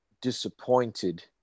disappointed